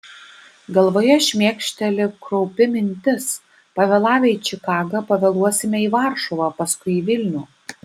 galvoje šmėkšteli kraupi mintis pavėlavę į čikagą pavėluosime į varšuvą paskui į vilnių